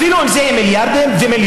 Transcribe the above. אפילו אם זה יהיה מיליארדים ומיליונים?